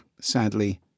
sadly